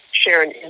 Sharon